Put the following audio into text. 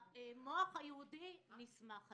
המוח היהודי נסמך עליה.